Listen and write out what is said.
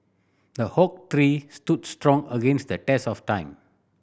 the tree stood strong against the test of time